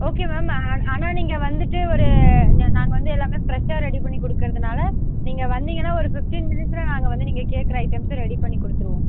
okay ma'am ஆனால் நீங்கள் வந்துவிட்டு ஒரு நாங்கள் வந்து எல்லாமே ஃப்ரெஷ்ஷாக ரெடி பண்ணி கொடுக்குறதுனால நீங்கள் வந்தீங்கன்னால் ஒரு ஃபிஃப்டீன் மினிட்ஸில் நாங்கள் வந்து நீங்கள் கேட்குற ஐட்டம்ஸை ரெடி பண்ணி கொடுத்துருவோம்